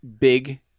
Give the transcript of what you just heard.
Big